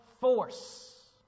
force